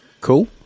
Cool